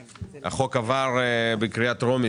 החוק עבר בקריאה טרומית.